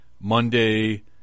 Monday